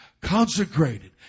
consecrated